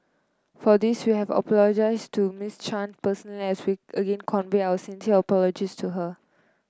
for this we have apologised to Miss Chan personally as we again convey our sincere apologies to her